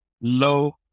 low